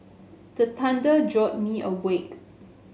the thunder jolt me awake